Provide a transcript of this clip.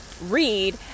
read